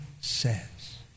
says